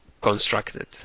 constructed